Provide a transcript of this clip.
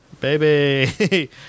baby